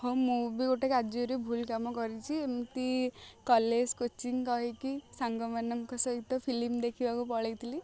ହଁ ମୁଁ ବି ଗୋଟେ କାର୍ଯ୍ୟରେ ଭୁଲ କାମ କରଛି ଏମିତି କଲେଜ୍ କୋଚିଂ କହିକି ସାଙ୍ଗମାନଙ୍କ ସହିତ ଫିଲ୍ମ ଦେଖିବାକୁ ପଳାଇଥିଲି